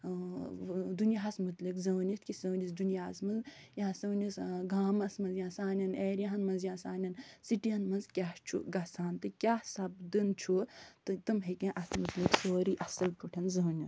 دُنیاہَس متعلِق زٲنِتھ کہِ سٲنِس دُنیاہَس منٛز یا سٲنِس گامَس منٛز یا سانٮ۪ن ایرِیاہَن منٛز یا سانٮ۪ن سِٹِیَن منٛز کیٛاہ چھُ گژھان تہٕ کیٛاہ سَپدان چھُ تہٕ تِم ہٮ۪کن اَصٕل پٲٹھۍ سورٕے اَصٕل پٲٹھۍ زٲنِتھ